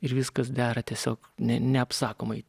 ir viskas dera tiesiog ne neapsakomai